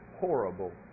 horrible